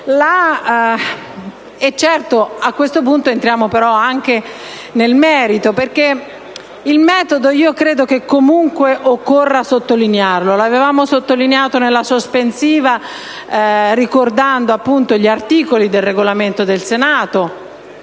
riflettere. A questo punto entriamo anche nel merito, perché il metodo credo che comunque occorra sottolinearlo. L'avevamo sottolineato nella questione sospensiva ricordando gli articoli del Regolamento del Senato